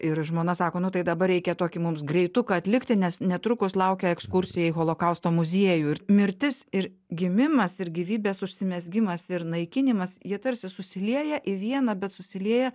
ir žmona sako nu tai dabar reikia tokį mums greituką atlikti nes netrukus laukia ekskursija į holokausto muziejų mirtis ir gimimas ir gyvybės užsimezgimas ir naikinimas jie tarsi susilieja į vieną bet susilieja